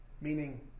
meaning